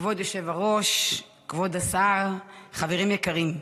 כבוד היושב-ראש, כבוד השר, חברים יקרים,